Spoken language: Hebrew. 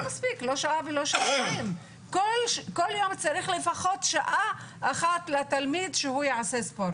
כל יום צריך לפחות שעה לתלמיד שיעשה ספורט.